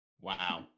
wow